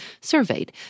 surveyed